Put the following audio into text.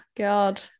god